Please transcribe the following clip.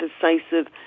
decisive